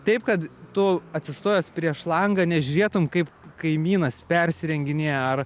taip kad tu atsistojęs prieš langą nežiūrėtum kaip kaimynas persirenginėja ar